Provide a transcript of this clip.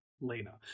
Lena